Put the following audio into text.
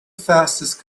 fastest